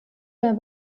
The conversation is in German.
der